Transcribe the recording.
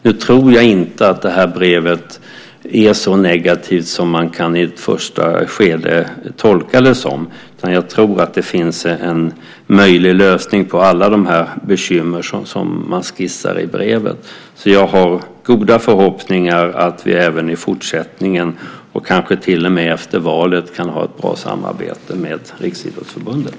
Jag tror inte att det här brevet är så negativt som man i ett första skede kan tolka det som, utan jag tror att det finns en möjlig lösning på alla de bekymmer som man skissar i brevet. Jag har goda förhoppningar att vi även i fortsättningen, kanske till och med efter valet, kan ha ett bra samarbete med Riksidrottsförbundet.